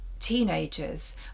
teenagers